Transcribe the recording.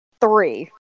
three